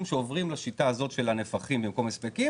שעוברים לשיטה הזו של הנפחים במקום הספקים